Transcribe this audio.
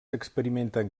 experimenten